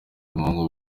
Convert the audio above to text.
umuhungu